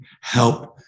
help